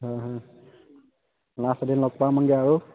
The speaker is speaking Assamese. হয় হয় লাষ্ট এদিন লগ পামগৈ আৰু